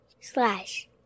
slash